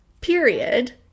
period